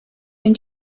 den